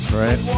right